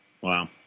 Wow